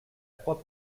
croix